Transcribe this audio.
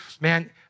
man